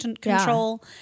control